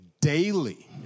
daily